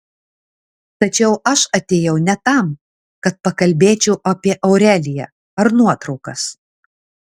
tačiau aš atėjau ne tam kad pakalbėčiau apie aureliją ar nuotraukas